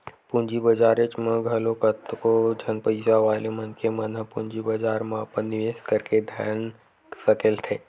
पूंजी बजारेच म घलो कतको झन पइसा वाले मनखे मन ह पूंजी बजार म अपन निवेस करके धन सकेलथे